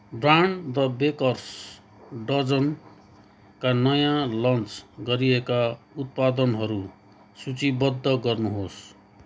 brand the bakers डजनका नयाँ launch गरिएका उत्पादनहरू सूचीबद्ध गर्नुहोस्